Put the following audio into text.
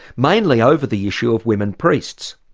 mainly over the issue of women priests.